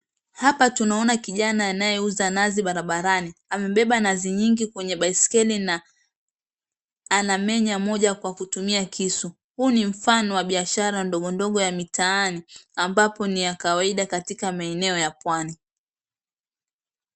Hapa tunaona kijana anayeuza nazi barabarani. Amebeba nazi nyingi kwenye baiskeli na anamenya moja kwa kutumia kisu. Huu ni mifano wa biashara ndogo ndogo ya mitaani. Ambapo ni ya kawaida Katika maeneo ya pwani.